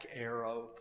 arrow